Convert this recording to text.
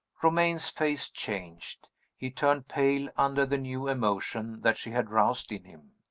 romayne's face changed he turned pale under the new emotion that she had roused in him.